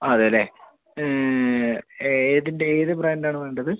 അതെയല്ലേ ഏതിൻ്റെ ഏത് ബ്രാൻ്റാണ് വേണ്ടത്